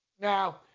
Now